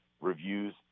reviews